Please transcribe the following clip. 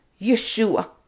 Yeshua